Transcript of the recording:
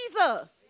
Jesus